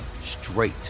straight